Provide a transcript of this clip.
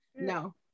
No